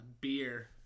beer